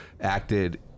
acted